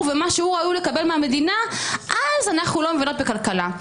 ולמה שהוא ראוי לקבל מהמדינה אז אנחנו לא מבינים בכלכלה.